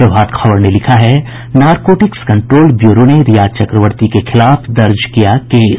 प्रभात खबर ने लिखा है नारकोटिक्स कंट्रोल ब्यूरो ने रिया चक्रवर्ती के खिलाफ दर्ज किया केस